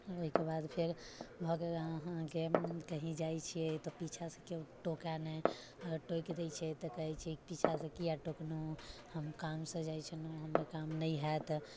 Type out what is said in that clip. ओहिके बाद फेर भऽ गेल अहाँके कहीँ जाइ छियै तऽ पीछाँसँ कियो टोकय नहि अगर टोकि दै छै तऽ कहै छै पीछाँसँ किया टोकलहुँ हम कामसँ जाइ छलहुँ हमर काम नहि हएत